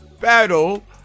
battle